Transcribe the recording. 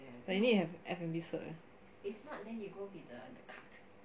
but you need to have F&B cert leh